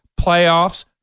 playoffs